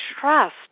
trust